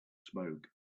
smoke